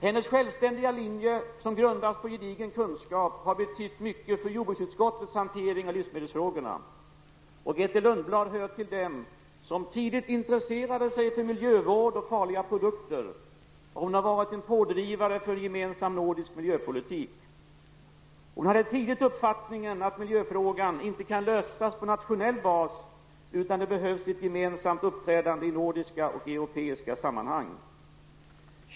Hennes självständiga linje -- som grundas på gedigen kunskap -- har betytt mycket för jordbruksutskottets hantering av livsmedelsfrågorna. Grethe Lundblad hör till dem som tidigt intresserade sig för miljövård och farliga produkter. Hon har varit en pådrivare för en gemensam nordisk miljöpolitik. Hon hade tidigt uppfattningen att miljöfrågan inte kan lösas på nationell bas, utan det behövs ett gemensamt uppträdande i nordiska och europeiska sammanhang.